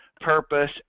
purpose